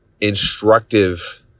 instructive